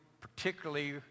particularly